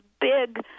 big